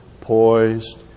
poised